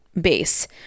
base